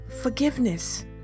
forgiveness